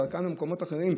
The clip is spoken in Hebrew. בדרכם למקומות אחרים,